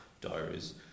diaries